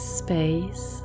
space